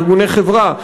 ארגוני חברה,